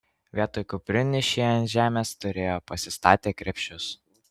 vietoj kuprinių šie ant žemės turėjo pasistatę krepšius